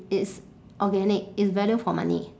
it's organic it's value for money